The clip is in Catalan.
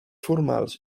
formals